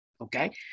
Okay